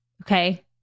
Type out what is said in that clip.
Okay